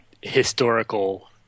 historical